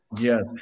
Yes